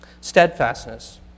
Steadfastness